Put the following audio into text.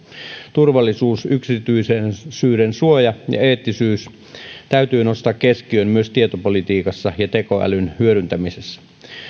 turvallisuus yksityisyydensuoja ja eettisyys täytyy nostaa keskiöön myös tietopolitiikassa ja tekoälyn hyödyntämisessä